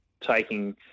taking